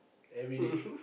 everyday